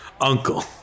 Uncle